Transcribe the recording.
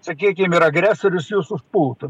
sakykim ir agresorius jus užpultų